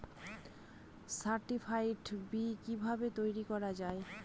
Certified বি কিভাবে তৈরি করা যায়?